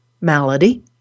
malady